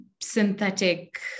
synthetic